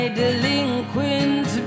delinquent